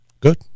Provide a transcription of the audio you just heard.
Good